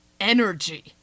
energy